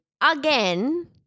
again